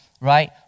Right